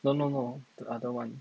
no no no the other one